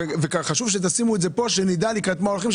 חשוב שתשימו את זה פה ונדע לקראת מה הולכים,